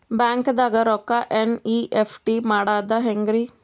ಬ್ಯಾಂಕ್ದಾಗ ರೊಕ್ಕ ಎನ್.ಇ.ಎಫ್.ಟಿ ಮಾಡದ ಹೆಂಗ್ರಿ?